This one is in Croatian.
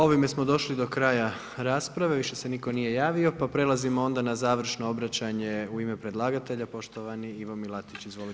Ovime smo došli do kraja rasprave, više se nitko nije javio, pa prelazimo onda na završno obraćanje u ime predlagatelja, poštovani Ivo Milatić, izvolite.